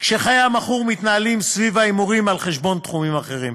כשחיי המכור מתנהלים סביב ההימורים על חשבון תחומים אחרים.